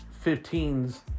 fifteens